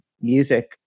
music